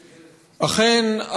אכן,